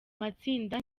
matsinda